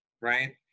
Right